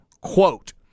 Quote